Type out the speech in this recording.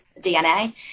DNA